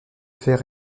faits